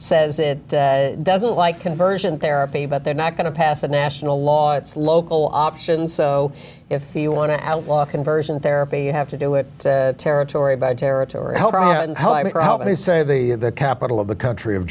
says it doesn't like conversion therapy but they're not going to pass a national law it's local options so if you want to outlaw conversion therapy you have to do it territory by territory i mean how can you say the capital of the country of